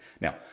Now